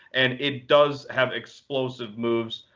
and it does have explosive moves,